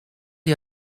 chi